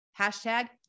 hashtag